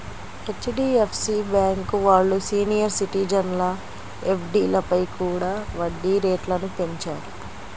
HDFC bank వాళ్ళు senior సిటిజన్ల ఎఫ్డీలపై కూడా వడ్డీ రేట్లను పెంచారు